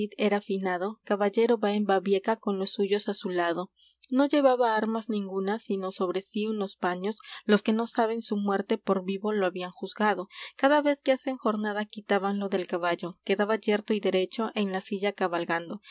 era finado caballero va en babieca con los suyos á su lado no llevaba armas ningunas sino sobre sí unos paños los que no saben su muerte por vivo lo habían juzgado cada vez que hacen jornada quitábanlo del caballo quedaba yerto y derecho en la silla cabalgado